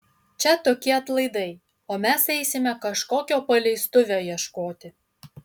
čia tokie atlaidai o mes eisime kažkokio paleistuvio ieškoti